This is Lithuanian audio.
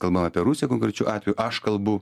kalbam apie rusiją konkrečiu atveju aš kalbu